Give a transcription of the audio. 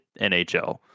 nhl